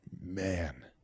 man